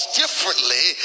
differently